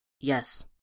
Yes